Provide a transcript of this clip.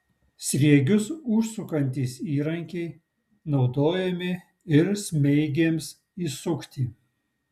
sriegius užsukantys įrankiai naudojami ir smeigėms įsukti